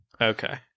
Okay